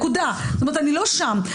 אני לא שם.